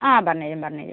ആ പറഞ്ഞുതരും പറഞ്ഞുതരും